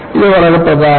ഇത് വളരെ പ്രധാനമാണ്